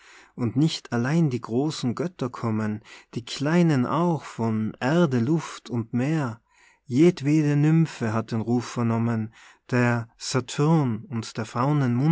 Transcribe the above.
und nicht allein die großen götter kommen die kleinen auch von erde luft und meer jedwede nymphe hat den ruf vernommen der satyrn und der faunen